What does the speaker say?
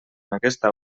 aquesta